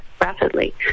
rapidly